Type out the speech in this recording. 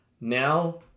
Now